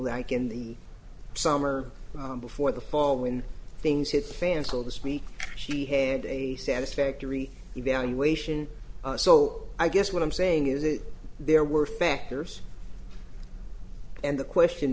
like in the summer before the fall when things hit the fan so to speak she had a satisfactory evaluation so i guess what i'm saying is there were factors and the question